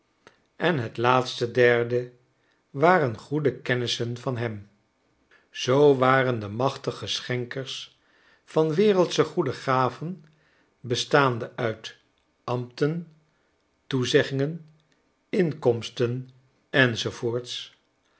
en het laatste derde waren goede kennissen van hem zoo waren de machtige schenkers van wereldsche goede gaven bestaande uit ambten toezeggingen inkomsten